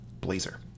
Blazer